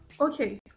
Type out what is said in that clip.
Okay